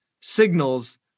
signals